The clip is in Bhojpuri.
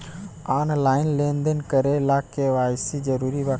आनलाइन लेन देन करे ला के.वाइ.सी जरूरी बा का?